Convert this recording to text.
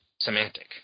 semantic